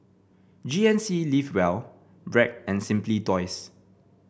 G N C Live Well Bragg and Simply Toys